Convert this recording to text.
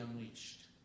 unleashed